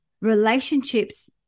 relationships